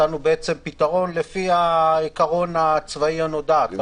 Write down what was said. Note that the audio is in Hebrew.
מצאנו פתרון לפי העיקרון הצבאי הנודע אתה